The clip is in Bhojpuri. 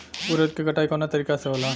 उरद के कटाई कवना तरीका से होला?